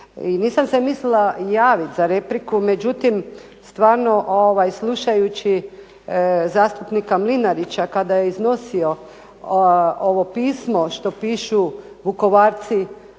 nisam se mislila javiti za repliku, međutim stvarno ovaj slušajući zastupnika Mlinarića kada je iznosio ovo pismo što pišu vukovarci